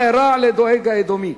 מה אירע לדואג האדומי.